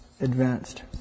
advanced